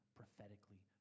prophetically